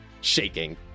shaking